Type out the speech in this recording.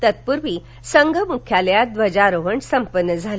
तत्पूर्वी संघ मुख्यालयात ध्वजारोहण संपन्न झालं